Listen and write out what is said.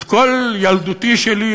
את כל ילדותי שלי,